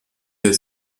der